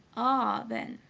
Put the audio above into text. ah, then,